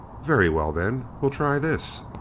very well, then. we'll try this.